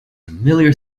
familiar